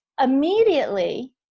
immediately